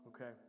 Okay